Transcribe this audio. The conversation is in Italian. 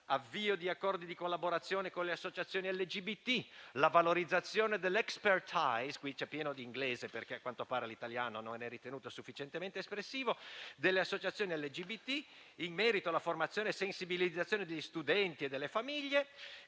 avvio di accordi di collaborazione con le associazioni LGBT e della valorizzazione dell'*expertise* - il testo è pieno di termini inglesi, perché a quanto pare l'italiano non è sufficientemente espressivo - delle associazioni LGBT in merito alla formazione e alla sensibilizzazione degli studenti e delle famiglie.